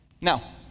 Now